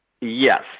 yes